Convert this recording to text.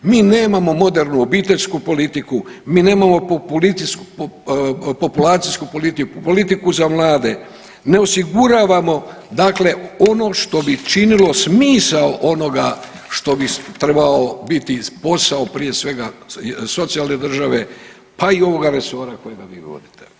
Mi nemamo modernu obiteljsku politiku, mi nemamo populacijsku politiku, politiku za mlade, ne osiguravamo dakle ono što bi činilo smisao onoga što bi trebao biti posao prije svega socijalne države, pa i ovoga resora kojega vi vodite.